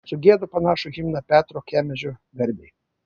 sugiedu panašų himną petro kemežio garbei